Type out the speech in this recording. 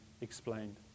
explained